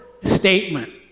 statement